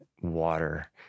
water